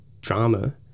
drama